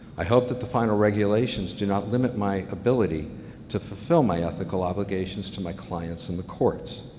i hope that the final regulations do not limit my ability to fulfill my ethical obligations to my clients and the courts.